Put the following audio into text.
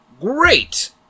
great